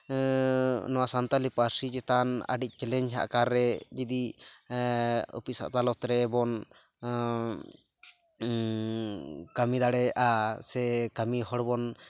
ᱱᱚᱣᱟ ᱥᱟᱱᱛᱟᱞᱤ ᱯᱟᱹᱨᱥᱤ ᱪᱮᱛᱟᱱ ᱟᱹᱰᱤ ᱪᱮᱞᱮᱧᱡᱽ ᱟᱠᱟᱨᱼᱨᱮ ᱡᱩᱫᱤ ᱚᱯᱷᱤᱥ ᱟᱫᱟᱞᱚᱛ ᱨᱮᱵᱚᱱ ᱠᱟᱹᱢᱤ ᱫᱟᱲᱮᱭᱟᱜᱼᱟ ᱥᱮ ᱠᱟᱹᱢᱤ ᱦᱚᱲᱵᱚᱱ